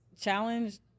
Challenge